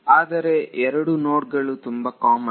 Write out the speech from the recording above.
ಆದರೆ ಎರಡು ನೋಡ್ ಗಳು ತುಂಬಾ ಕಾಮನ್